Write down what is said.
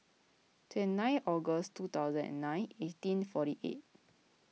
two nine August two thousand and nine eighteen forty eight